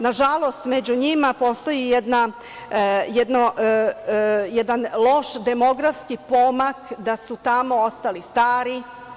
Nažalost, među njima postoji i jedan loš demografski pomak da su tamo ostali stari.